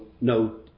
no